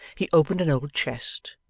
he opened an old chest,